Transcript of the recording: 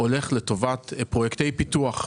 הולך לטובת פרויקטי פיתוח,